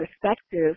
perspective